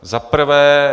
Za prvé.